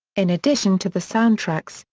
in addition to the soundtracks,